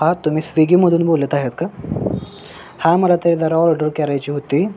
हा तुम्ही स्विगीमधून बोलत आहेत का हा मला ते जरा ऑर्डर करायची होती